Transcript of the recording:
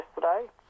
yesterday